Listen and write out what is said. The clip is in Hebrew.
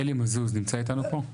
אלי מזוז נמצא איתנו פה?